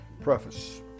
Preface